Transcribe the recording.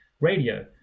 Radio